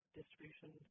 distribution